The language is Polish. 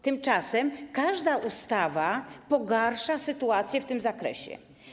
Tymczasem każda ustawa pogarsza sytuację w tym zakresie.